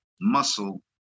muscle